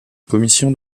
commission